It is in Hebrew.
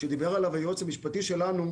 שדיבר עליו היועץ המשפטי שלנו,